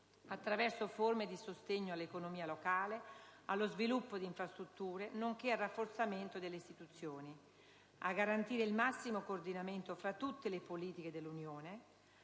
attraverso forme di sostegno all'economia locale, allo sviluppo di infrastrutture nonché al rafforzamento delle istituzioni»; «a garantire il massimo coordinamento tra tutte le politiche dell'Unione»;